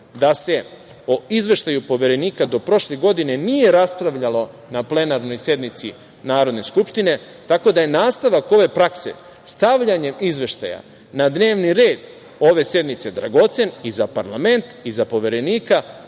da se o izveštaju Poverenika do prošle godine nije raspravljalo na plenarnoj sednici Narodne skupštine, tako da je nastavak ove prakse stavljanjem izveštaja na dnevni red ove sednice dragocen i za parlament i za Poverenika,